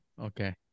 Okay